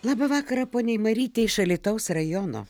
labą vakarą poniai marytei iš alytaus rajono